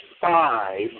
five